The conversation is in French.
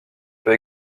peut